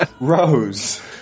Rose